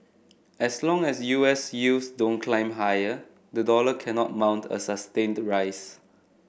as long as U S yields don't climb higher the dollar cannot mount a sustained rise